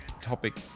topic